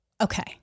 okay